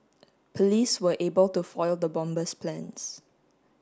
police were able to foil the bomber's plans